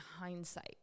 hindsight